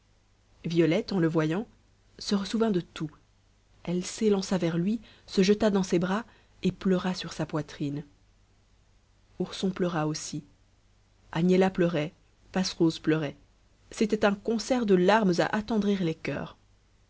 violette en le voyant se ressouvint de tout elle s'élança vers lui se jeta dans ses bras et pleura sur sa poitrine ourson pleura aussi agnella pleurait passerose pleurait c'était un concert de larmes à attendrir les cours